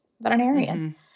veterinarian